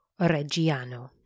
Reggiano